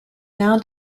now